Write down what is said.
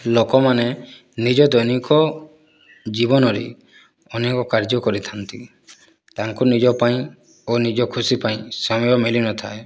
ଲୋକମାନେ ନିଜ ଦୈନିକ ଜୀବନରେ ଅନେକ କାର୍ଯ୍ୟ କରିଥାନ୍ତି ତାଙ୍କୁ ନିଜ ପାଇଁ ଓ ନିଜ ଖୁସି ପାଇଁ ସମୟ ମିଳିନଥାଏ